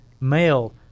male